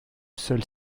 seul